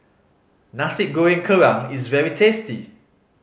Nasi Goreng Kerang is very tasty